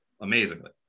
amazingly